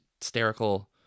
hysterical